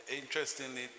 interestingly